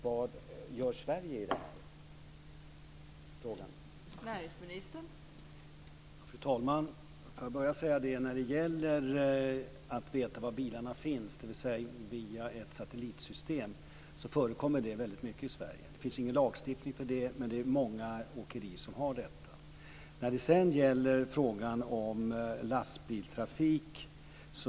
Vad gör Sverige i den här frågan?